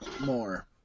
more